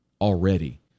already